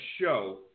show